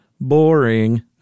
boring